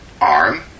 arm